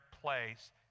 place